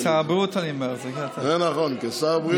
זה נכון, כשר הבריאות.